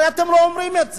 הרי אתם לא אומרים את זה.